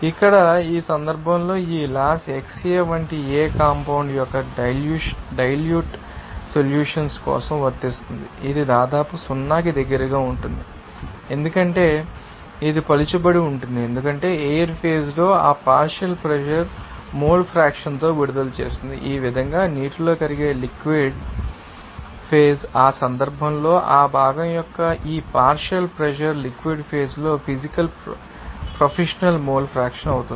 ఇక్కడ ఈ సందర్భంలో ఈ లాస్ xA వంటి ఏ కాంపౌండ్ యొక్క డైల్యూట్ సొల్యూషన్స్ కోసం వర్తిస్తుంది ఇది దాదాపు 0 కి దగ్గరగా ఉంటుంది ఎందుకంటే ఇది పలుచబడి ఉంటుంది ఎందుకంటే ఎయిర్ ఫేజ్ లో ఆ పార్షియల్ ప్రెషర్ మోల్ ఫ్రాక్షన్ తో విడుదల చేస్తుంది ఈ విధంగా నీటిలో కరిగే లిక్విడ్ ఫేజ్ ఆ సందర్భంలో ఆ భాగం యొక్క ఈ పార్షియల్ ప్రెషర్ లిక్విడ్ ఫేజ్ లో ఫీజికల్ ప్రొఫెషనల్ మోల్ ఫ్రాక్షన్ అవుతుంది